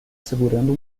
segurando